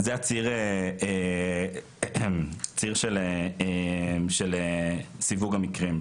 זה הציר של סיווג המקרים.